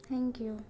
thank you